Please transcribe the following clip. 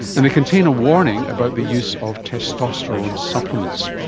and they contain a warning about the use of testosterone supplements.